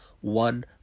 one